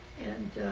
and